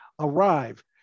arrive